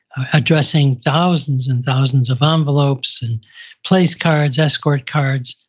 addressing thousands and thousands of envelopes and place cards, escort cards,